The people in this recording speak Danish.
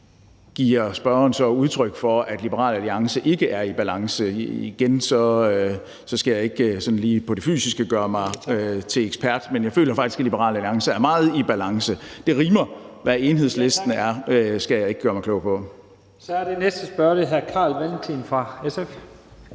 giver spørgeren så udtryk for, at Liberal Alliance ikke er i balance. Igen skal jeg ikke sådan lige på det fysiske gøre mig til ekspert, men jeg føler faktisk, at Liberal Alliance er meget i balance. Det rimer. Men hvad Enhedslisten er, skal jeg ikke gøre mig klog på. Kl. 11:10 Første næstformand (Leif Lahn